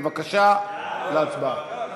בבקשה, להצבעה.